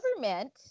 government